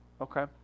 okay